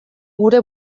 gure